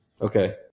Okay